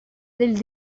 del